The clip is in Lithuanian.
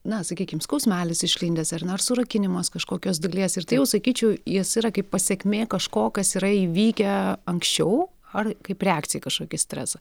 na sakykim skausmelis išlindęs ar ne ar surakinimas kažkokios dalies ir tai jau sakyčiau jis yra kaip pasekmė kažko kas yra įvykę anksčiau ar kaip reakcija į kažkokį stresą